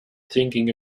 thinking